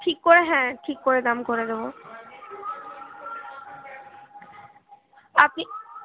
ঠিক করে হ্যাঁ ঠিক করে দাম করে দেব আপনি